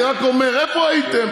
אני רק אומר: איפה הייתם,